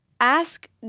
ask